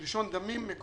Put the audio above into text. מלשון דמים,